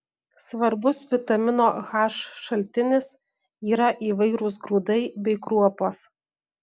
svarbus vitamino h šaltinis yra įvairūs grūdai bei kruopos